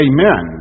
Amen